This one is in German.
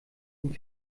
ihn